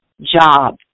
job